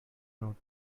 vote